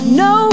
no